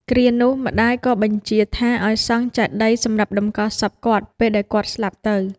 គ្រានោះ ម្តាយក៏បញ្ជាថាឱ្យសង់ចេតិយសម្រាប់តម្កល់សពគាត់ ពេលដែលគាត់ស្លាប់ទៅ